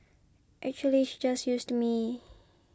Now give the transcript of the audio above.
actually she just used me